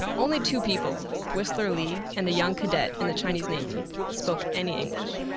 only two people, whistler li and a young cadet in the chinese navy, spoke any english.